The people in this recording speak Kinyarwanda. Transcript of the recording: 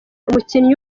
umukinnyi